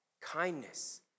kindness